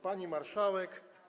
Pani Marszałek!